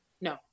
No